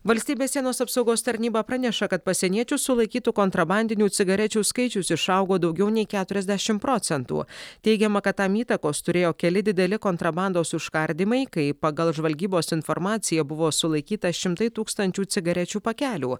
valstybės sienos apsaugos tarnyba praneša kad pasieniečių sulaikytų kontrabandinių cigarečių skaičius išaugo daugiau nei keturiasdešim procentų teigiama kad tam įtakos turėjo keli dideli kontrabandos užkardymai kai pagal žvalgybos informaciją buvo sulaikyta šimtai tūkstančių cigarečių pakelių